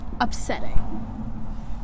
upsetting